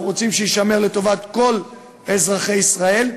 רוצים שיישמר לטובת כל אזרחי ישראל,